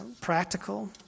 practical